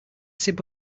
sip